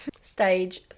stage